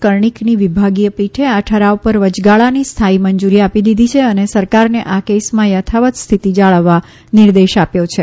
કર્ણીકની વિભાગીય પીઠે આ ઠરાવ પર વચગાળાની સ્થાથી મંજુરી આપી દીધી છે અને સરકારને આ કેસમાં યથાવત સ્થિતિ જાળવવા નિર્દેશ આપ્યો છે